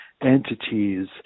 entities